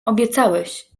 obiecałeś